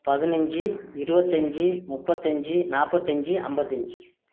பதினைஞ்சு இருவத்தஞ்சு முப்பத்தஞ்சு நாப்பத்தஞ்சு அம்பத்தஞ்சு